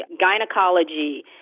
gynecology